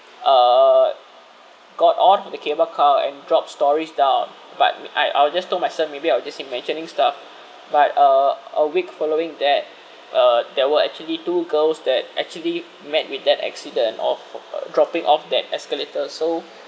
uh got off of the cable car and drop storeys down but me I I'll just told myself maybe I was just imagining stuff but uh a week following that uh there were actually two girls that actually met with that accident of dropping off that escalator so